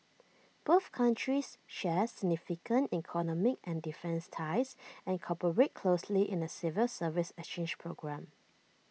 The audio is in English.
both countries share significant economic and defence ties and cooperate closely in A civil service exchange programme